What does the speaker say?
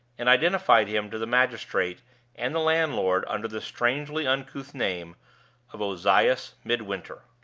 and identified him to the magistrate and the landlord under the strangely uncouth name of ozias midwinter.